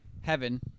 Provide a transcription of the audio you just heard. heaven